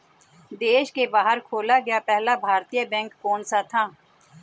देश के बाहर खोला गया पहला भारतीय बैंक कौन सा था?